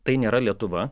tai nėra lietuva